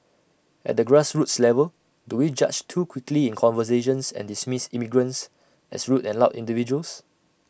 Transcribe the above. at the grassroots level do we judge too quickly in conversations and dismiss immigrants as rude and loud individuals